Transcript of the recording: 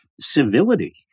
civility